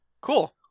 Cool